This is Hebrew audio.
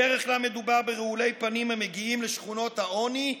בדרך כלל מדובר ברעולי פנים המגיעים לשכונות העוני,